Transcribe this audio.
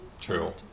True